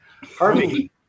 Harvey